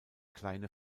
kleine